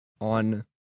on